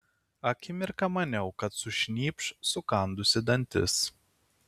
akimirką maniau kad sušnypš sukandusi dantis